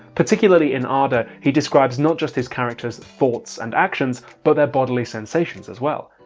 particularly in ah ada he describes not just his character's thoughts and actions but their bodily sensations as well.